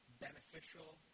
beneficial